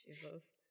Jesus